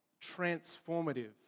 transformative